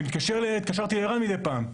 התקשרתי לער"ן מדי פעם.